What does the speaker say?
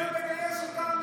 הוא רוצה לגייס אותנו.